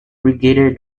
brigadier